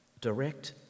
Direct